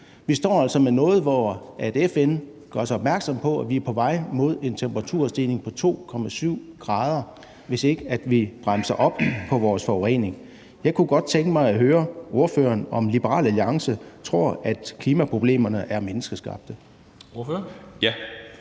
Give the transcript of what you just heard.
Vi står altså med noget, hvor FN gør os opmærksom på, at vi er på vej mod en temperaturstigning på 2,7 grader, hvis ikke vi bremser op for vores forurening. Jeg kunne godt tænke mig at høre ordføreren, om Liberal Alliance tror, at klimaproblemerne er menneskeskabte.